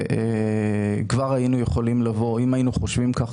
אם היינו חושבים כך,